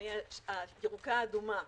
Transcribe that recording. אני הירוקה האדומה.